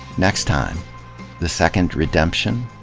next time the second redemption?